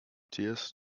tears